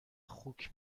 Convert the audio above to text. خوک